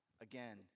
Again